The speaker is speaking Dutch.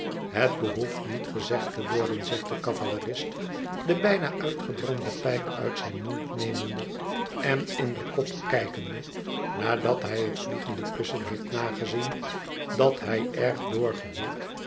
het behoeft niet gezegd te worden zegt de cavalerist de bijna uitgebrande pijp uit zijn mond nemende en in den kop kijkende nadat hij het vliegende kussen heeft nagezien dat hij erg